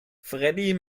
freddie